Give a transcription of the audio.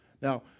Now